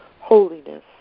holiness